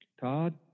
Todd